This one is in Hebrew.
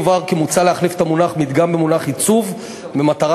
יובהר כי מוצע להחליף את המונח "מדגם" במונח "עיצוב" במטרה